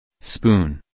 Spoon